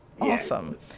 Awesome